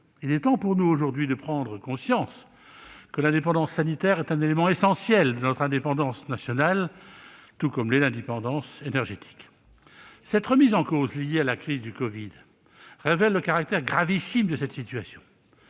Il est temps pour nous, aujourd'hui, de prendre conscience que l'indépendance sanitaire est un élément essentiel de notre indépendance nationale, tout comme l'est l'indépendance énergétique. Cette remise en cause liée à la crise du covid-19 révèle le caractère gravissime de la situation.